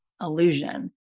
illusion